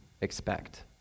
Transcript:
expect